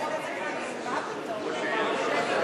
אם הוא יסכים לדחות את ההצבעה זה משהו אחר.